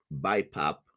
BiPAP